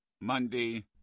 Monday